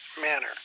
manner